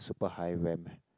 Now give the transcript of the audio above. super high ram